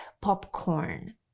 popcorn